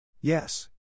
Yes